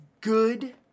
good